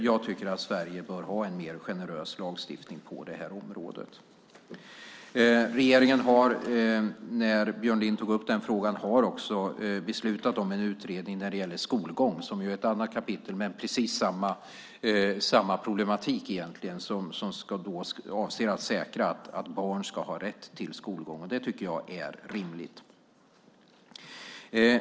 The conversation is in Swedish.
Jag tycker att Sverige bör ha en mer generös lagstiftning på detta område. Regeringen har också beslutat om en utredning när det gäller skolgång - Björn Lind tog upp den frågan - som är ett annat kapitel, men det är egentligen precis samma problematik. Man avser att säkra att barn ska ha rätt till skolgång. Det tycker jag är rimligt.